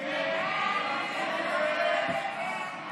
הצעת סיעת הליכוד להביע אי-אמון בממשלה לא נתקבלה.